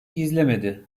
gizlemedi